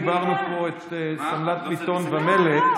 דיברנו פה על שלמת בטון ומלט,